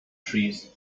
trees